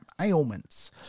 ailments